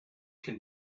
can